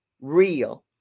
real